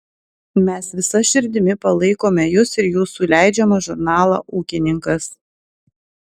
mes visa širdimi palaikome jus ir jūsų leidžiamą žurnalą ūkininkas